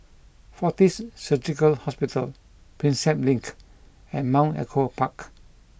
Fortis Surgical Hospital Prinsep Link and Mount Echo Park